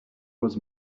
was